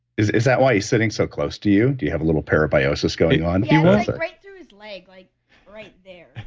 is is that why he's sitting so close to you? do you have a little pair of biosis going on? yes, ah right through his leg, like right there.